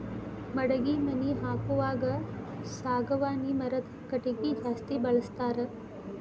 ಮಡಗಿ ಮನಿ ಹಾಕುವಾಗ ಸಾಗವಾನಿ ಮರದ ಕಟಗಿ ಜಾಸ್ತಿ ಬಳಸ್ತಾರ